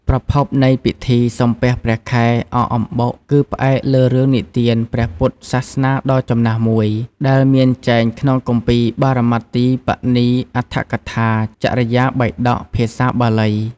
ប្រភពនៃពិធី សំពះព្រះខែ អកអំបុក គឺផ្អែកលើរឿងនិទានព្រះពុទ្ធសាសនាដ៏ចំណាស់មួយ ដែលមានចែងក្នុងគម្ពីរ បរមត្ថទីបនី អដ្ឋកថា ចរិយាបិដក ភាសាបាលី។